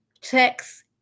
text